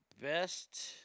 Best